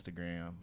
Instagram